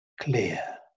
clear